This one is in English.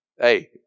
Hey